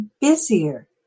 busier